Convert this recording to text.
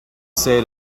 say